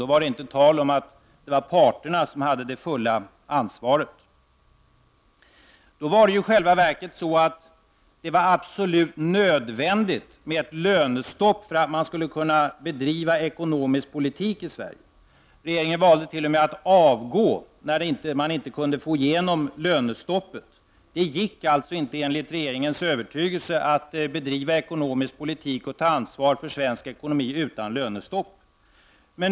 Då var det inte tal om att det var parterna som hade det fulla ansvaret. Då var det absolut nödvändigt med ett lönestopp för att man skulle kunna bedriva ekonomisk politik i Sverige. Regeringen valde t.o.m. att avgå när den inte kunde driva igenom lönestoppet. Det gick alltså inte enligt regeringens övertygelse att bedriva ekonomisk politik och ta ansvar för svensk ekonomi utan lönestopp.